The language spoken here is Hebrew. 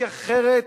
כי אחרת,